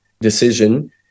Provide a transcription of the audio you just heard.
decision